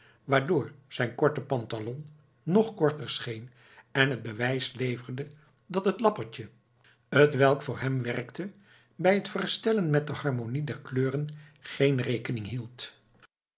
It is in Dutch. waardoor zijn korte pantalon nog korter scheen en het bewijs leverde dat het lappertje t welk voor hem werkte bij het verstellen met de harmonie der kleuren geen rekening hield